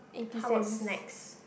how about snacks